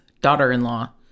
daughter-in-law